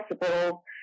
possible